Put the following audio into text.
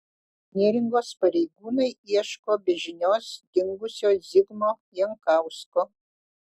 neringos pareigūnai ieško be žinios dingusio zigmo jankausko